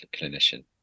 clinician